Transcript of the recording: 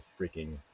freaking